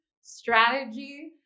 strategy